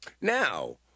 Now